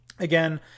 Again